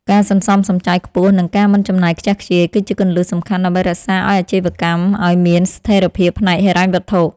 ការសន្សំសំចៃខ្ពស់និងការមិនចំណាយខ្ជះខ្ជាយ គឺជាគន្លឹះសំខាន់ដើម្បីរក្សាឱ្យអាជីវកម្មឱ្យមានស្ថិរភាពផ្នែកហិរញ្ញវត្ថុ។